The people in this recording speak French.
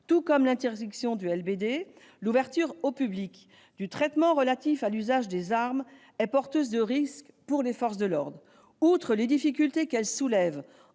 texte. Comme l'interdiction du LBD, l'ouverture au public du traitement relatif à l'usage des armes est porteuse de risques pour les forces de l'ordre. Outre les difficultés qu'elle soulève